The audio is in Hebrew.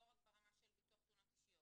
לא רק ברמה של ביטוח תאונות אישיות,